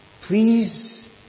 please